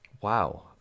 Wow